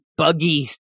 Buggy